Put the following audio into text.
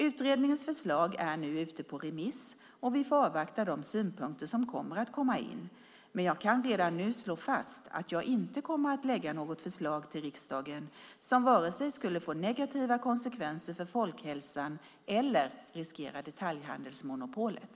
Utredningens förslag är nu ute på remiss och vi får avvakta de synpunkter som kommer att komma in, men jag kan redan nu slå fast att jag inte kommer att lägga något förslag till riksdagen som skulle kunna få negativa konsekvenser för folkhälsan eller riskera detaljhandelsmonopolet.